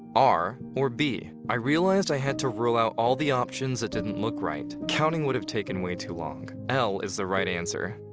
r or b? i realized i had to rule out all the options that didn't look right, counting would have taken way too long, l is the right answer!